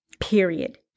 Period